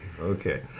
Okay